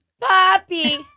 Poppy